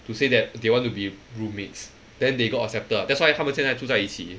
to say that they want to be roommates then they got accepted that's why 他们现在住在一起